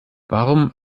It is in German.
warum